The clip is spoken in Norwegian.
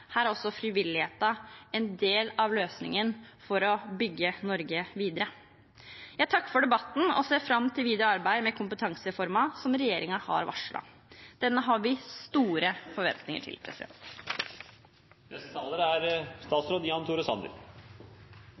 her er også frivilligheten en del av løsningen for å bygge Norge videre. Jeg takker for debatten og ser fram til videre arbeid med kompetansereformen som regjeringen har varslet. Den har vi store forventninger til.